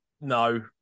No